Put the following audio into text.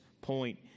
point